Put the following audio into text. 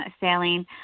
sailing